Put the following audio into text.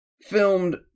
Filmed